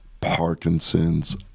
Parkinson's